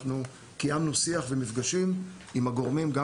אנחנו קיימנו שיח ומפגשים עם הגורמים גם